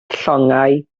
llongau